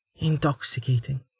intoxicating